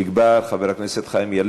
גם חבר הכנסת חיליק בר, חבר הכנסת חיים ילין,